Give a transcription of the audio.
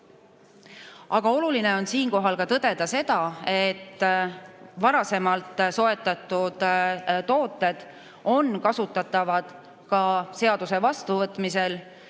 Aga oluline on siinkohal tõdeda seda, et varasemalt soetatud tooted on kasutatavad ka seaduse vastuvõtmisel